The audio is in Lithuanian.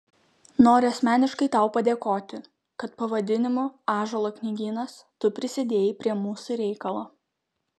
noriu asmeniškai tau padėkoti kad pavadinimu ąžuolo knygynas tu prisidėjai prie mūsų reikalo